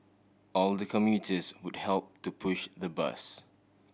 all the commuters would help to push the bus